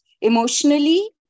Emotionally